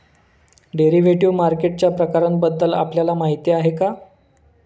Derivative मार्केटच्या प्रकारांबद्दल आपल्याला माहिती आहे का?